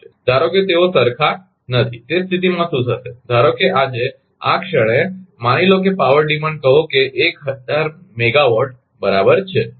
ધારો કે તેઓ સરખા નથી તેથી તે સ્થિતિમાં શું થશે કે ધારો કે આજે આ ક્ષણે માની લો કે પાવર ડિમાન્ડ કહો કે 1000 મેગાવાટ બરાબર છે